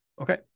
Okay